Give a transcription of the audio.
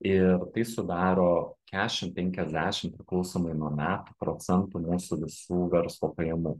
ir tai sudaro kešim penkiasdešim priklausomai nuo metų procentų mūsų visų verslo pajamų